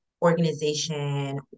organization